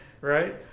right